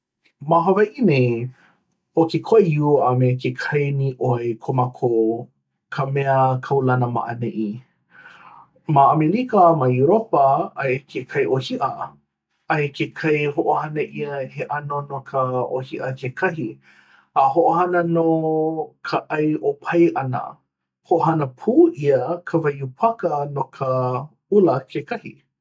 ma hawaiʻi nei, ʻo ke koiū a me ke kai nīʻoi ko mākou ka mea kaulana ma ʻaneʻi no ʻamelika me europa, aia ke kai ʻōhiʻa aia ke kai hoʻohana ʻia he ʻano no ka ʻōhiʻa kekahi a hoʻohana no ka ʻai ʻōpae ʻana. Hoʻohana pū ʻia ka waiū paka no ka ʻula kekahi.